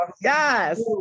Yes